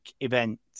event